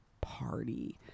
party